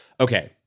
Okay